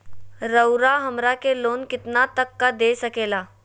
रउरा हमरा के लोन कितना तक का दे सकेला?